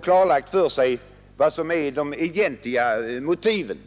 klarlagt vad som är de egentliga motiven.